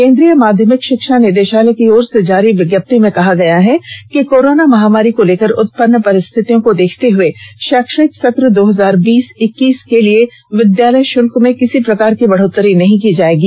केन्द्रीय माध्यमिक शिक्षा निदेशालय की ओर से जारी विज्ञप्ति में कहा गया है कि कोरोना महामारी को लेकर उत्पन्न परिस्थिति को देखते हुए शैक्षणिक सत्र दो हजार बीस इक्कीस के लिए विद्यालय शुल्क में किसी प्रकार की बढ़ोत्तरी नहीं की जाएगी